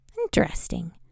Interesting